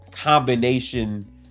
combination